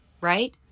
right